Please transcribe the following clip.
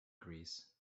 greece